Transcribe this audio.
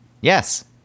yes